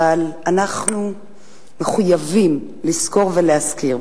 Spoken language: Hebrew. אבל אנחנו מחויבים לזכור ולהזכיר.